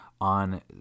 on